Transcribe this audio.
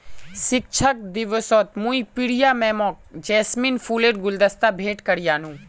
शिक्षक दिवसत मुई प्रिया मैमक जैस्मिन फूलेर गुलदस्ता भेंट करयानू